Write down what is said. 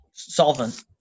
solvent